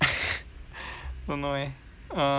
don't know eh err